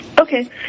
Okay